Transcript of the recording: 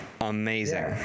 Amazing